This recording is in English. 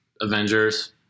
Avengers